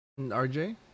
RJ